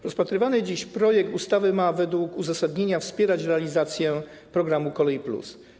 Rozpatrywany dziś projekt ustawy ma według uzasadnienia wspierać realizację programu „Kolej+”